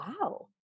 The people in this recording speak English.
wow